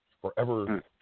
forever